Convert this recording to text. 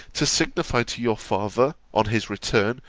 to signify to your father, on his return,